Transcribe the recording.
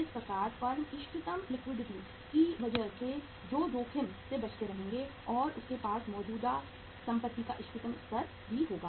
इस प्रकार फर्म इष्टतम लिक्विडिटी की वजह से भी जोखिम से बचते रहेंगे और उनके पास मौजूदा संपत्ति का इष्टतम स्तर भी होगा